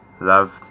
loved